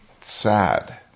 sad